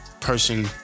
person